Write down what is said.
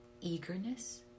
eagerness